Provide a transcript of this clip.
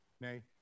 Nay